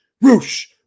roosh